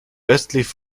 östlich